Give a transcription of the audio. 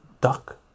duck